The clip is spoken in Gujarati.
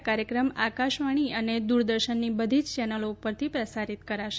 આ કાર્યક્રમ આકાશવાણી અને દૂરદર્શનની બધી જ ચેનલો ઉપરથી પ્રસારિત કરાશે